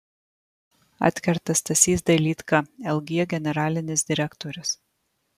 atkerta stasys dailydka lg generalinis direktorius